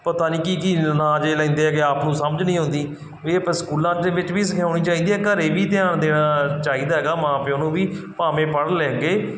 ਪਤਾ ਨਹੀਂ ਕੀ ਕੀ ਨਾਂ ਜਿਹੇ ਲੈਂਦੇ ਹੈਗੇ ਆਪ ਨੂੰ ਸਮਝ ਨਹੀਂ ਆਉਂਦੀ ਵੀ ਆਪਾਂ ਸਕੂਲਾਂ ਦੇ ਵਿੱਚ ਵੀ ਸਿਖਾਉਣੀ ਚਾਹੀਦੀ ਹੈ ਘਰ ਵੀ ਧਿਆਨ ਦੇਣਾ ਚਾਹੀਦਾ ਹੈਗਾ ਮਾਂ ਪਿਓ ਨੂੰ ਵੀ ਭਾਵੇਂ ਪੜ੍ਹ ਲਿਖ ਗਏ